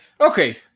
Okay